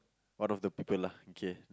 one of the people lah okay